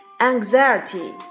Anxiety